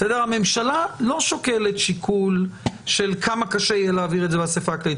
הממשלה לא שוקלת שיקול של כמה קשה יהיה להעביר את זה באספה הכללית,